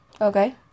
Okay